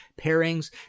pairings